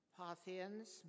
Parthians